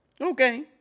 Okay